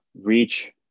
reach